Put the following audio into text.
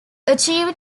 archived